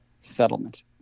settlement